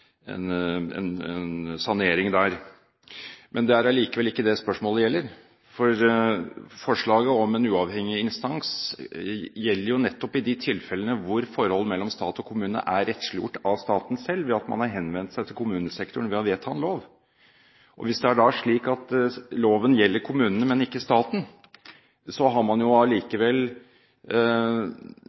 sanering der. Men det er allikevel ikke det spørsmålet gjelder. Forslaget om en uavhengig instans gjelder jo nettopp i de tilfellene der forholdet mellom stat og kommune er rettsliggjort av staten selv ved at man har henvendt seg til kommunesektoren ved å vedta en lov. Hvis det da er slik at loven gjelder kommunene, men ikke staten, har man